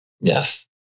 Yes